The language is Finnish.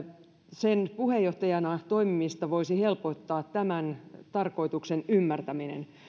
sen puheenjohtajana toimimista voisi helpottaa tämän tarkoituksen ymmärtäminen